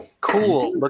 Cool